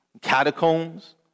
catacombs